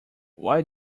why